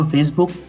Facebook